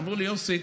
אמרו לי: יוסי,